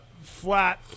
flat